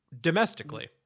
domestically